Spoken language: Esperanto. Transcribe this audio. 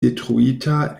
detruita